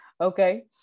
okay